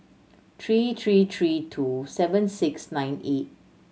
three three three two seven six nine eight